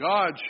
God